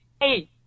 hey